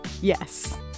Yes